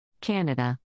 Canada